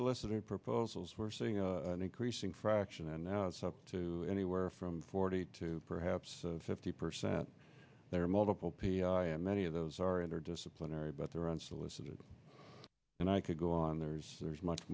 unsolicited proposals we're seeing an increasing fraction and now it's up to anywhere from forty to perhaps fifty percent there are multiple p i m many of those are interdisciplinary but they're unsolicited and i could go on there's there's much